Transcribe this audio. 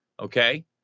Okay